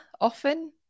often